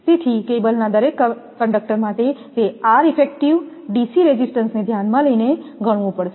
તેથી કેબલના દરેક કંડકટર માટે તે R ઇફેક્ટિવ ડીસી રેઝિસ્ટન્સ ને ધ્યાનમાં લઈને ગણવું પડશે